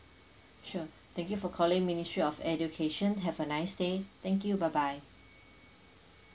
sure thank you for calling ministry of education have a nice day thank you bye bye